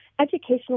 educational